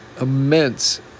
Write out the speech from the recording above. Immense